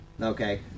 Okay